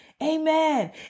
amen